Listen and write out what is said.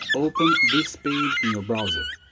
open this page in your browser,